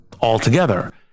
altogether